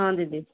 ହଁ ଦିଦି